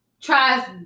tries